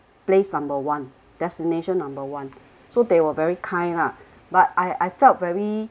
place number one destination number one so they were very kind lah but I I felt very